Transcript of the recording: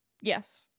yes